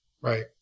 Right